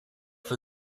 for